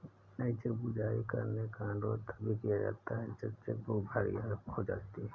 नई चेकबुक जारी करने का अनुरोध तभी किया जाता है जब चेक बुक भर या खो जाती है